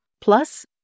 Plus